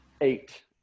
Eight